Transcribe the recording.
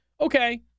Okay